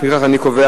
לפיכך אני קובע